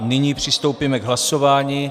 Nyní přistoupíme k hlasování.